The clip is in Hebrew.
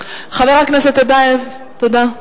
חבר הכנסת טיבייב, תודה.